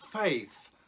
faith